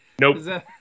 Nope